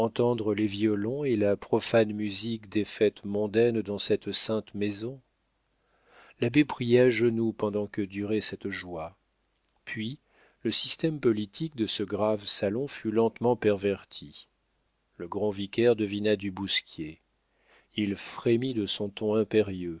les violons et la profane musique des fêtes mondaines dans cette sainte maison l'abbé priait à genoux pendant que durait cette joie puis le système politique de ce grave salon fut lentement perverti le grand vicaire devina du bousquier il frémit de son ton impérieux